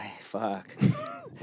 Fuck